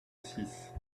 six